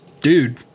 dude